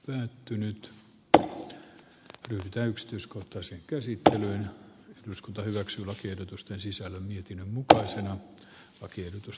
olen tästä aiemmin käyttänyt jo puheenvuoronkin ja olen ehdottomasti tämän kannalla